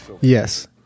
Yes